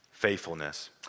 faithfulness